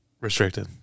Restricted